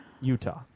Utah